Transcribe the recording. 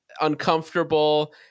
uncomfortable